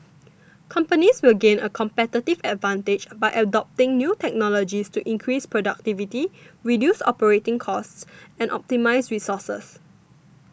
companies will gain a competitive advantage by adopting new technologies to increase productivity reduce operating costs and optimise resources